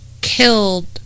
killed